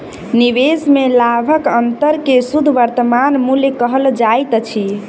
निवेश में लाभक अंतर के शुद्ध वर्तमान मूल्य कहल जाइत अछि